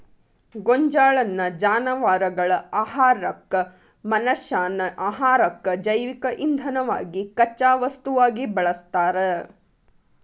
ಗೋಂಜಾಳನ್ನ ಜಾನವಾರಗಳ ಆಹಾರಕ್ಕ, ಮನಷ್ಯಾನ ಆಹಾರಕ್ಕ, ಜೈವಿಕ ಇಂಧನವಾಗಿ ಕಚ್ಚಾ ವಸ್ತುವಾಗಿ ಬಳಸ್ತಾರ